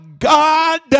God